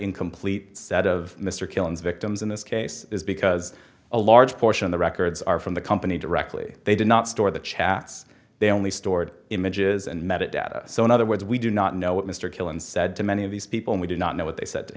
incomplete set of mr killen's victims in this case because a large portion of the records are from the company directly they did not store the chats they only stored images and met it data so in other words we do not know what mr killen said to many of these people and we do not know what they said to